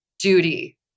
duty